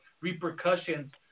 repercussions